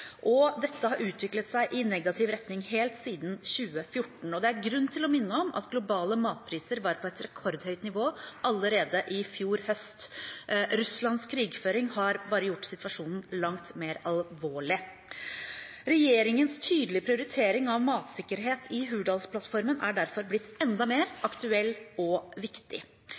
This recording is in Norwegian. og dette har utviklet seg i negativ retning helt siden 2014. Det er grunn til å minne om at globale matpriser var på et rekordhøyt nivå allerede i fjor høst. Russlands krigføring har bare gjort situasjonen langt mer alvorlig. Regjeringens tydelige prioritering av matsikkerhet i Hurdalsplattformen er derfor blitt enda mer aktuell og viktig.